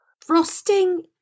Frosting